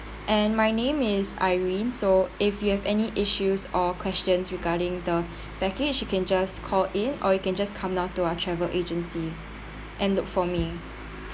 and my name is irene so if you have any issues or questions regarding the package you can just call in or you can just come down to our travel agency and look for me